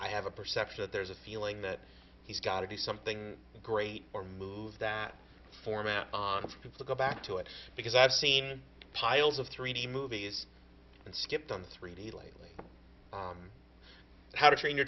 i have a perception that there's a feeling that he's got to do something great or move that format on top of the go back to it because i've seen piles of three d movies and skipped on three d lately how to train your